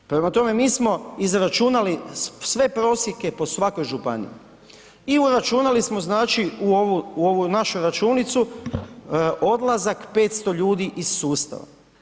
Prema tome, mi smo izračunali sve prosjeke po svakoj županiji i uračunali smo u ovu našu računicu odlazak 500 ljudi iz sustava.